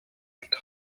creek